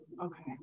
Okay